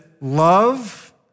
love